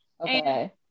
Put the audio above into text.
okay